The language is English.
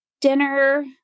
dinner